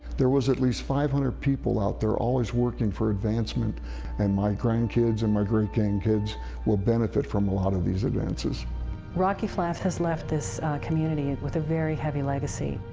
there was at least five hundred people out there always working for advancement and my grandkids and my great grandkids will benefit from a lot of these advances. iverson rocky flats has left this community with a very heavy legacy.